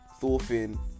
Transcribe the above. Thorfinn